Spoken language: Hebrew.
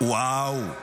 וואו,